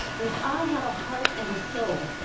if i have a heart and a soul,